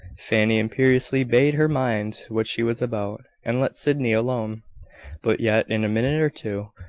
fanny imperiously bade her mind what she was about, and let sydney alone but yet, in a minute or two,